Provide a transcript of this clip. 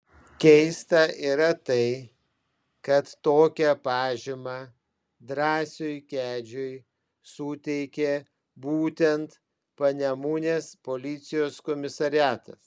keista yra tai kad tokią pažymą drąsiui kedžiui suteikė būtent panemunės policijos komisariatas